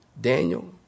Daniel